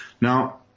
Now